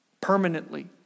Permanently